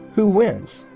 who wins?